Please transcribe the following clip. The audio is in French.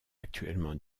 actuellement